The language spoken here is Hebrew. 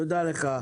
תודה לך.